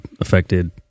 affected